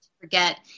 forget